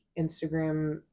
Instagram